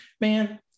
man